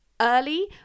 early